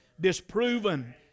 disproven